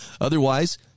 Otherwise